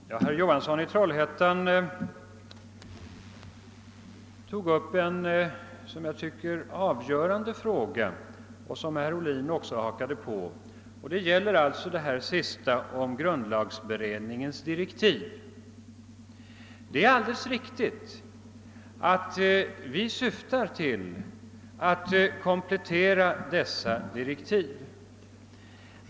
Herr talman! Herr Johansson i Trollhättan tog upp en som jag tycker avgörande fråga, vilken herr Ohlin också hakade på, nämligen den om grundlagberedningens direktiv. Det är alldeles riktigt att vi syftar till att komplettera dessa direktiv.